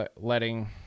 letting